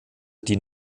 die